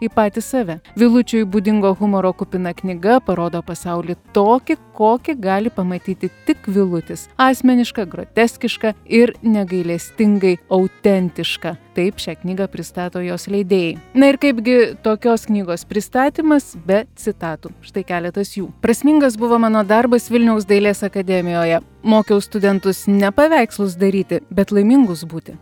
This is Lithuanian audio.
į patį save vilučiui būdingo humoro kupina knyga parodo pasaulį tokį kokį gali pamatyti tik vilutis asmenišką groteskišką ir negailestingai autentišką taip šią knygą pristato jos leidėjai na ir kaipgi tokios knygos pristatymas be citatų štai keletas jų prasmingas buvo mano darbas vilniaus dailės akademijoje mokiau studentus ne paveikslus daryti bet laimingus būti